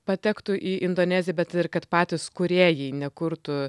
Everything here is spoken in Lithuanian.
patektų į indoneziją bet ir kad patys kūrėjai nekurtų